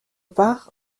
part